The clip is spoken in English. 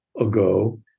ago